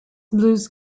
blues